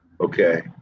okay